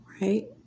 right